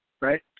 Right